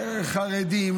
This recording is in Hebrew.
חרדים,